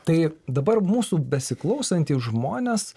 tai dabar mūsų besiklausantys žmonės